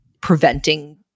preventing